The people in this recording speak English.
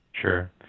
sure